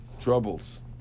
troubles